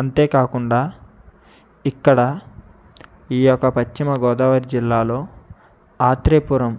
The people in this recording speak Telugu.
అంతేకాకుండా ఇక్కడ ఈ ఒక పశ్చిమ గోదావరి జిల్లాలో ఆత్రేయపురం